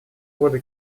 воды